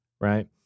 right